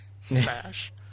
Smash